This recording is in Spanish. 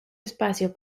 espacio